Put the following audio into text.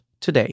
today